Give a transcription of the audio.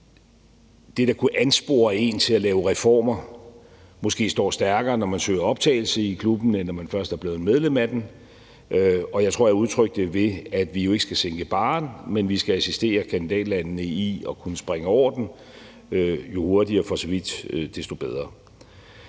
det, der kunne anspore en til at lave reformer, måske står stærkere, når man søger optagelse i klubben, end når man først er blevet medlem af den. Jeg tror, at jeg udtrykte det ved at sige, at vi ikke skal sænke barren, men at vi skal assistere kandidatlandene i at kunne springe over den – jo hurtigere, desto bedre.